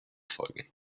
folgen